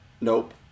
Nope